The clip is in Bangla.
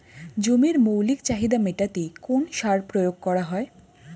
জমির মৌলিক চাহিদা মেটাতে কোন সার প্রয়োগ করা হয়?